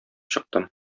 чыктым